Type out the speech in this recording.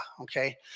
okay